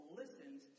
listens